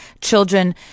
children